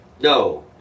No